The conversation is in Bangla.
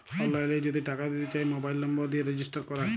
অললাইল যদি টাকা দিতে চায় মবাইল লম্বর দিয়ে রেজিস্টার ক্যরে